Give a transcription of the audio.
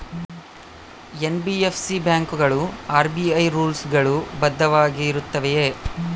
NBFC ಬ್ಯಾಂಕುಗಳು RBI rules ಗಳು ಬದ್ಧವಾಗಿ ಇರುತ್ತವೆಯ?